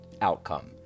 outcome